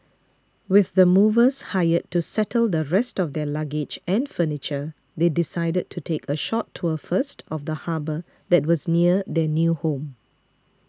with the movers hired to settle the rest of their luggage and furniture they decided to take a short tour first of the harbour that was near their new home